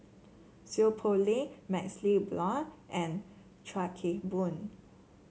Seow Poh Leng MaxLe Blond and Chuan Keng Boon